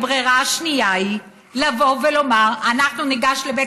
הברירה השנייה היא לבוא ולומר: אנחנו ניגש לבית